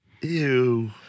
Ew